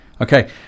okay